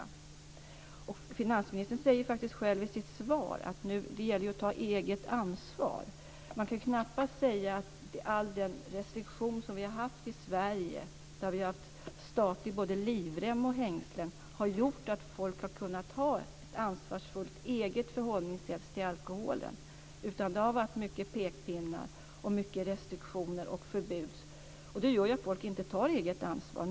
Finansministern säger faktiskt själv i sitt svar att det gäller att ta eget ansvar. Man kan ju knappast säga att alla de restriktioner som vi har haft i Sverige, där vi har haft både statlig livrem och statliga hängslen, har gjort att människor har kunnat ha ett ansvarsfullt eget förhållningssätt till alkoholen, utan det har varit mycket pekpinnar och mycket restriktioner och förbud. Och det gör ju att människor inte tar eget ansvar.